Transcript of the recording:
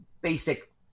basic